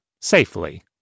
Safely